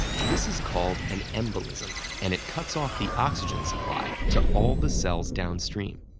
this is called an embolism and it cuts off the oxygen supply to all the cells downstream.